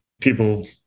people